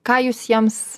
ką jūs jiems